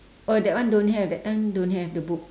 uh that one don't have that time don't have the book